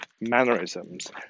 mannerisms